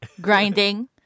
grinding